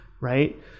right